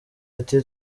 ati